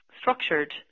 structured